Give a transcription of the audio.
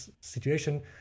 situation